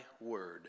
word